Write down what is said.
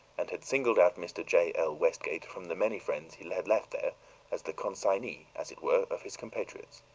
and had singled out mr. j. l. westgate from the many friends he had left there as the consignee, as it were, of his compatriots.